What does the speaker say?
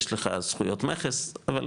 יש לך זכויות מכס, אבל